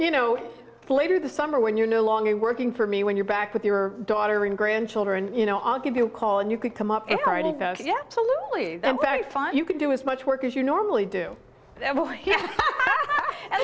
you know later this summer when you're no longer working for me when you're back with your daughter and grandchildren you know i'll give you a call and you could come up and yet so lonely you could do as much work as you normally do and